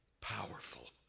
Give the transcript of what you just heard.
powerful